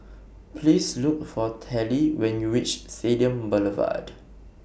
Please Look For Tallie when YOU REACH Stadium Boulevard